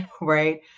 right